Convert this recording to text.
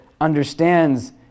understands